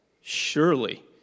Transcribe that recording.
Surely